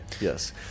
yes